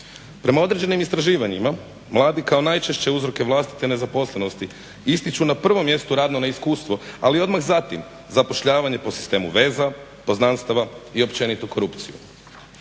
Prema određenim istraživanjima mladi kao najčešće uzroke vlastite nezaposlenosti ističu na prvom mjestu radno neiskustvo, ali odmah zatim zapošljavanje po sistemu veza, poznanstava i općenito korupciju.